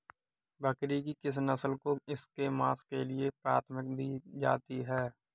बकरी की किस नस्ल को इसके मांस के लिए प्राथमिकता दी जाती है?